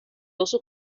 also